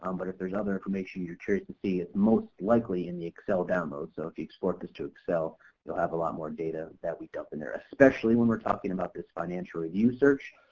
um but if there's other information you're to to see is most likely in the excel downloads, so if you export this to excel you'll have a lot more data that we dump in there especially when we're talking about this financial review search.